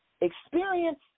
experience